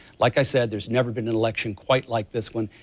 like i said there's never been an election quite like this one,